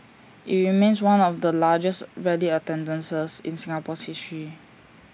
IT remains one of the largest rally attendances in Singapore's history